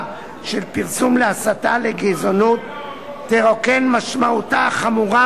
של פרסום להסתה לגזענות תרוקן משמעותה החמורה,